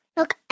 Look